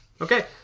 Okay